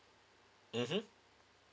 mmhmm